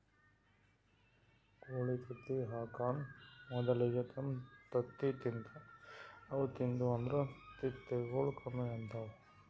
ಕೋಳಿ ತತ್ತಿ ಹಾಕಾನ್ ಮೊದಲಿಗೆ ತಮ್ ತತ್ತಿ ತಿಂತಾವ್ ಅವು ತಿಂದು ಅಂದ್ರ ತತ್ತಿಗೊಳ್ ಕಮ್ಮಿ ಆತವ್